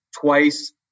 twice